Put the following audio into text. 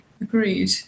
agreed